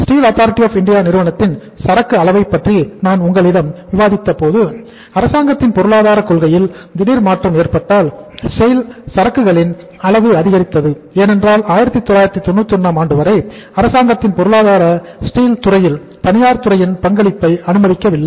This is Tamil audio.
SAIL துறையில் தனியார் துறையின் பங்களிப்பை அனுமதிக்கவில்லை